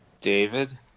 David